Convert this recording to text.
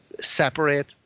separate